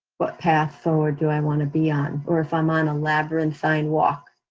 what path forward do i wanna be on, or if i'm on a labyrinth fine walk,